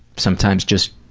sometimes just